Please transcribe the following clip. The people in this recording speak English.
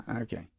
okay